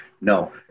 No